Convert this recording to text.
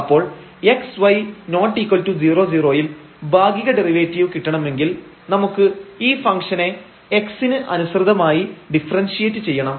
അപ്പോൾ xy≠00 യിൽ ഭാഗിക ഡെറിവേറ്റീവ് കിട്ടണമെങ്കിൽ നമുക്ക് ഈ ഫങ്ക്ഷനെ x ന് അനുസൃതമായി ഡിഫറൻഷ്യേറ്റ് ചെയ്യണം